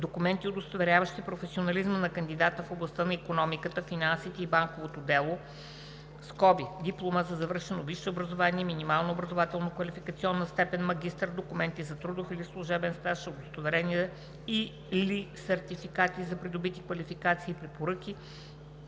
документи, удостоверяващи професионализма на кандидата в областта на икономиката, финансите и банковото дело (диплома за завършено висше образование, с минимална образователно-квалификационна степен „магистър“; документи за трудов и/или служебен стаж; удостоверения и/или сертификати за придобити квалификации; препоръки,